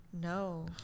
No